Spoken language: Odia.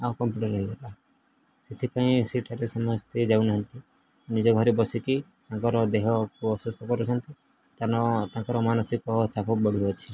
ଆଉ କମ୍ପ୍ୟୁଟର୍ ହୋଇଗଲା ସେଥିପାଇଁ ସେଠାରେ ସମସ୍ତେ ଯାଉନାହାନ୍ତି ନିଜ ଘରେ ବସିକି ତାଙ୍କର ଦେହକୁ ଅସୁସ୍ଥ କରୁଛନ୍ତି କାରଣ ତାଙ୍କର ମାନସିକ ଚାପ ବଢ଼ୁଛି